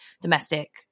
domestic